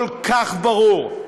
כל כך ברור.